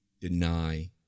deny